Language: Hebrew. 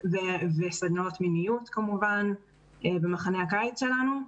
וסדנאות מיניות כמובן במחנה הקיץ שלנו.